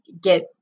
get